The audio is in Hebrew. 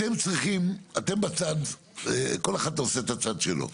אתם צריכים, אתם בצד, כל אחד פה עושה את הצד שלו.